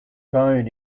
bone